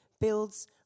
builds